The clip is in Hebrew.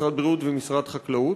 משרד הבריאות ומשרד החקלאות,